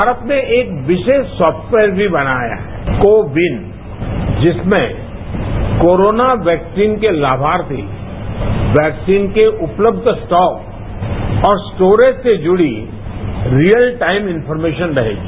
भारत ने एक विशेष सॉफ्टवेयर भी बनाया है कोविन जिसमें कोरोना वैक्सीन के लाभार्थी वैक्सीन के उपलब्ध स्टॉक और स्टोरेज से जुड़ी रियल टाइम इन्फॉर्मेशन रहेगी